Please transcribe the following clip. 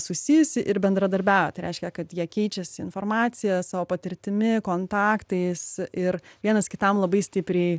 susijusi ir bendradarbiauja tai reiškia kad jie keičiasi informacija savo patirtimi kontaktais ir vienas kitam labai stipriai